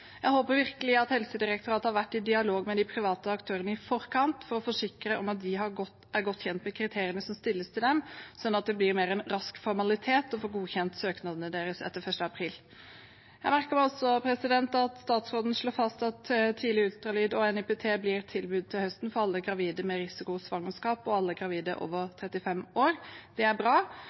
Jeg håper virkelig at Helsedirektoratet har vært i dialog med de private aktørene i forkant, for å forsikre om at de er godt kjent med kriteriene som stilles til dem, sånn at det blir mer en rask formalitet å få godkjent søknadene deres etter 1. april. Jeg merker meg også at statsråden slår fast at tidlig ultralyd og NIPT til høsten blir et tilbud for alle gravide med risikosvangerskap og alle gravide over 35 år. Det er bra.